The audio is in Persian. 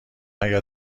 اگه